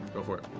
go for it.